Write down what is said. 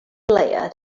layer